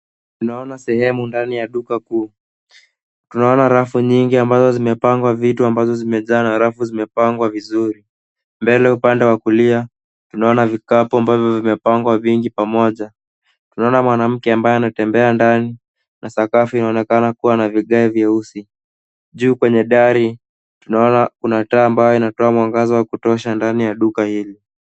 Tunaona sehemu ndani ya duka kuu. Tunaona rafu nyingi ambazo zimepangwa vitu ambazo zimejaa na rafu zimepangwa vizuri. Mbele upande wa kulia, tunaona vikapu ambavyo vimepangwa vingi pamoja. Tunaona mwanamke ambaye anatembea ndani na sakafu inaonekana kuwa na vigae vyeusi. Juu kwenye dari, tunaona kuna taa ambayo inatoa mwangaza wa kutosha ndani ya duka hili.